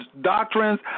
doctrines